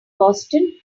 boston